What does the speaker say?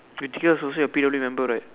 pretty girls also say happy member right